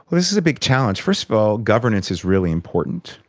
this is a big challenge. first of all, governance is really important.